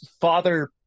father